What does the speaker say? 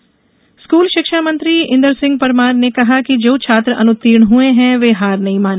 Inder Singh Parmar school शिक्षा मंत्री इंदर सिंह परमार ने कहा कि जो छात्र अनुत्तीर्ण हुए हैं वे हार नहीं माने